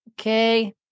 Okay